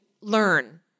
learn